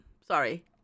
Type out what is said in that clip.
sorry